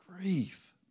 grief